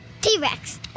T-Rex